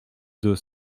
deux